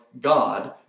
God